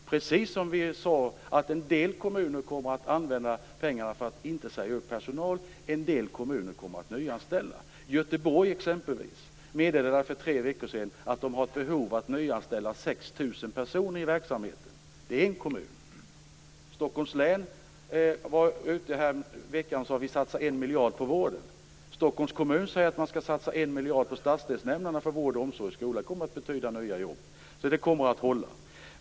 Precis som vi sade kommer en del kommuner att använda pengarna för att inte säga upp personal, och en del kommuner kommer att nyanställa. Exempelvis meddelade Göteborg för tre veckor sedan att man har ett behov av att nyanställa 6 000 personer i kommunen. I Stockholms län har man nu i veckan satsat en miljard på vården. Stockholms kommun säger att man skall satsa en miljard på stadsdelsnämnderna för vård, omsorg och skola. Det kommer att betyda nya jobb, så det kommer att hålla.